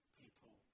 people